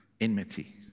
enmity